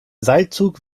seilzug